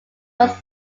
was